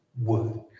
work